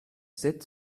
said